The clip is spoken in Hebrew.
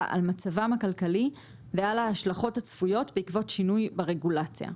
על מצבם הכלכלי ועל ההשלכות הצפויות בעקבות שינוי ברגולציה'.